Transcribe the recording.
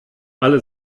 alle